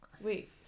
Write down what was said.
Wait